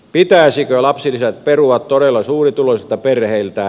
pitäisikö lapsilisät perua todella suurituloisilta perheiltä